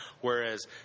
whereas